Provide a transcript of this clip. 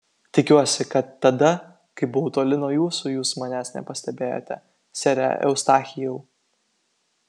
tikiuosi kad tada kai buvau toli nuo jūsų jūs manęs nepastebėjote sere eustachijau